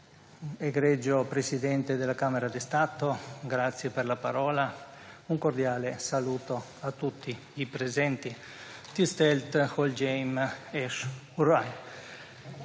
Egregio Presidente della Camera di Stato, grazie per la parola. Un cordiale saluto a tutti i presenti.